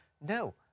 no